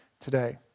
today